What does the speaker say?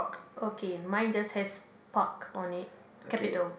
okay mine just has park on it capital